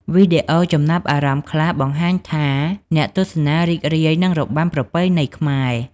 វីដេអូចំណាប់អារម្មណ៍ខ្លះបង្ហាញថា អ្នកទស្សនារីករាយនឹងរបាំប្រពៃណីខ្មែរ។